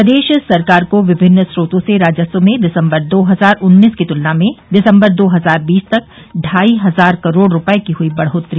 प्रदेश सरकार को विमिन्न स्रोतों से राजस्व में दिसम्बर दो हजार उन्नीस की तुलना में दिसम्बर दो हजार बीस तक ढाई हजार करोड़ रूपये की हुई बढ़ोत्तरी